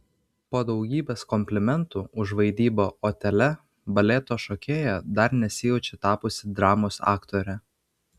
po daugybės komplimentų už vaidybą otele baleto šokėja dar nesijaučia tapusi dramos aktore